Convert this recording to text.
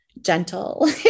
gentle